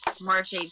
March